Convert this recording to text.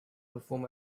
perform